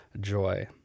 joy